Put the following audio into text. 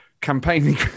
campaigning